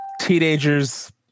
teenagers